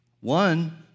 one